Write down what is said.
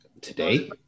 Today